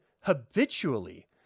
habitually